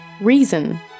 Reason